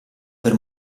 per